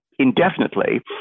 Indefinitely